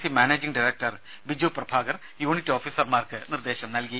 C managing director Biju Prabhakar unit ഓഫീസർമാർക്ക് നിർദേശം നൽകി